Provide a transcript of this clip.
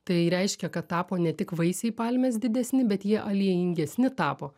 tai reiškia kad tapo ne tik vaisiai palmės didesni bet jie aliejingesni tapo